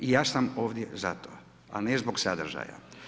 I ja sam ovdje zato, a ne zbog sadržaja.